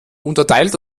unterteilt